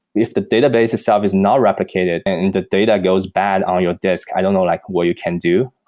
if the database itself is not replicated and the data goes bad on your disk, i don't know like what you can do.